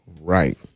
Right